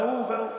ההוא וההוא.